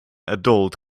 adult